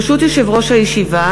ברשות יושב-ראש הישיבה,